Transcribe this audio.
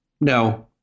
No